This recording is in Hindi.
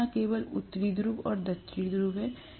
यह न केवल उत्तरी ध्रुव और दक्षिणी ध्रुव है